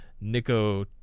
Nico